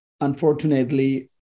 unfortunately